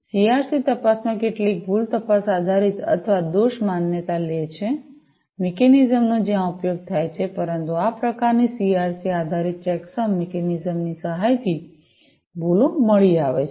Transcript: CRC તપાસમાં કેટલીક ભૂલ તપાસ આધારિત અથવા દોષ માન્યતા લે છે મિકેનિઝમનો જ્યાં ઉપયોગ થાય છે પરંતુ આ પ્રકારની સીઆરસી આધારિત ચેકસમ મિકેનિઝમની સહાયથી ભૂલો મળી આવે છે